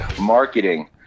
Marketing